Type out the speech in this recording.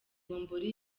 bombori